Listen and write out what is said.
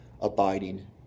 abiding